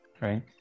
right